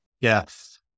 Yes